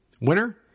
Winner